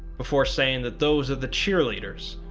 before saying that those are the cheerleaders,